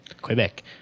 Quebec